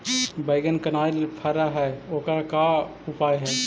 बैगन कनाइल फर है ओकर का उपाय है?